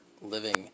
Living